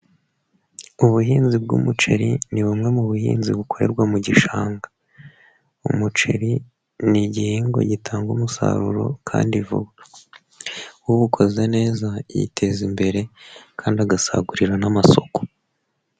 Ubuhinzi bw'umuceri ni bumwe mu buhinzi bukorerwa mu gishanga. Umuceri ni igihingwa gitanga umusaruro kandi vuba. Ubukoze neza yiteza imbere kandi agasagurira n'amasoko.